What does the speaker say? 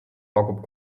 pakub